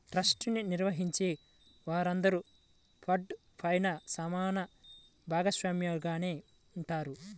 trust ని నిర్వహించే వారందరూ ఫండ్ పైన సమాన భాగస్వామిగానే ఉంటారు